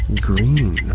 Green